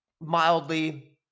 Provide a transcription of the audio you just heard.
mildly